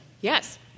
Yes